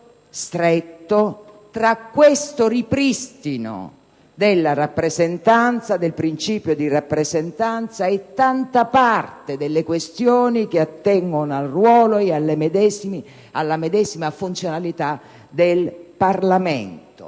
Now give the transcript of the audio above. stretto tra il ripristino del principio di rappresentanza e tanta parte delle questioni che attengono al ruolo e alla medesima funzionalità del Parlamento,